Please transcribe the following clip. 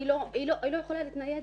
היא לא יכולה להתנייד,